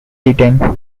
retained